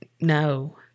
no